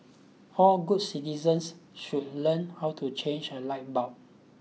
all good citizens should learn how to change a light bulb